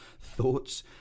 thoughts